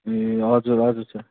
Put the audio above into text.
ए हजुर हजुर सर